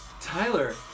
Tyler